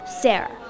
Sarah